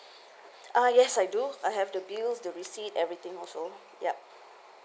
uh yes I do I have the bills the receipt everything also yup